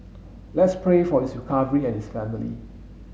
let's pray for his recovery and his family